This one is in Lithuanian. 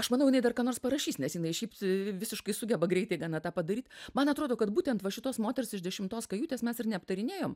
aš manau dar ką nors parašys nes jinai šiaip visiškai sugeba greitai gana tą padaryt man atrodo kad būtent va šitos moters iš dešimtos kajutės mes ir neaptarinėjom